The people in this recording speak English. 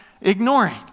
ignoring